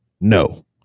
no